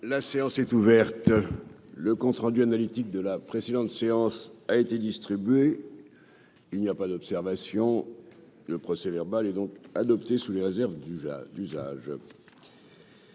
La séance est ouverte. Le compte rendu analytique de la précédente séance a été distribué. Il n'y a pas d'observation ?... Le procès-verbal est adopté sous les réserves d'usage.